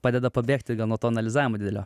padeda pabėgti gal nuo to analizavimo didelio